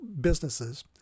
businesses